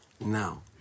Now